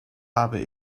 habe